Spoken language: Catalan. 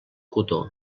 cotó